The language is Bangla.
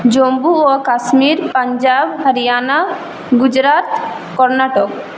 জম্মু ও কাশ্মীর পাঞ্জাব হরিয়ানা গুজরাত কর্ণাটক